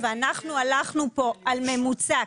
אנחנו הלכנו פה על ממוצע,